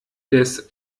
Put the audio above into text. des